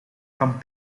kan